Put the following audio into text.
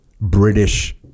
British